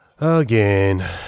Again